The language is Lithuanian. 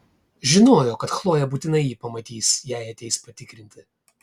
žinojo kad chlojė būtinai jį pamatys jei ateis patikrinti